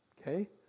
Okay